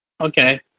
Okay